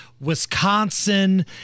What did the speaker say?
Wisconsin—